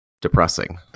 depressing